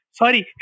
sorry